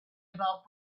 about